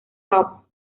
pop